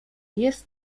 jest